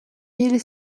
mille